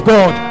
God